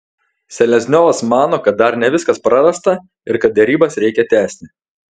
selezniovas mano kad dar ne viskas prarasta ir kad derybas reikia tęsti